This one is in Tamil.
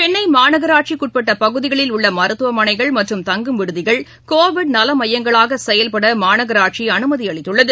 சென்னைமாநகராட்சிக்குஉட்பட்டபகுதிகளில் உள்ளமருத்துவமனைகள் மற்றும் தங்கும் விடுதிகள் கோவிட் நலமையங்களாகசெயல்படமாநகராட்சிஅமைதிஅளித்துள்ளது